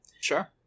Sure